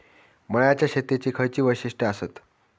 मळ्याच्या शेतीची खयची वैशिष्ठ आसत?